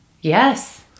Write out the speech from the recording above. Yes